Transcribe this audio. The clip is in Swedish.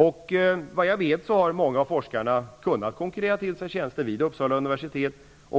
Efter vad jag vet har många av forskarna kunnat konkurrera till sig tjänster vid Uppsala universitet.